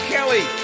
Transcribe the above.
Kelly